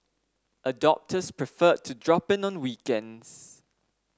adopters prefer to drop in on weekends